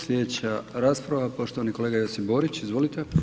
Slijedeća rasprava poštovani kolega Josip Borić, izvolite.